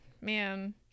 man